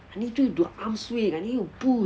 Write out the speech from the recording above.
I need you to arm swing